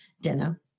dinner